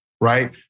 right